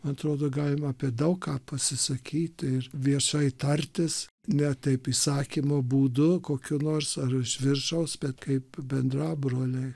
atrodo galima apie daug ką pasisakyti ir viešai tartis ne taip įsakymo būdu kokio nors ar viršaus bet kaip bendrabroliai